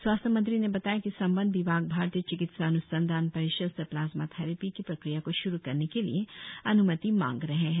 स्वस्थ्य मंत्री ने बताया कि संबद्ध विभाग भारतीय चिकित्सा अन्संधान परिषद से प्लाज्मा थेरेपी की प्रक्रिया को श्रु करने के लिए अन्मति मांग रहे है